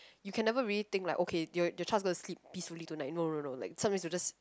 you can never really think like okay your child's gonna sleep peacefully tonight no no no like sometimes will just